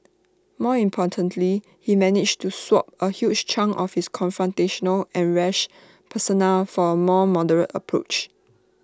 more importantly he managed to swap A huge chunk of his confrontational and rash persona for A more moderate approach